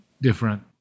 different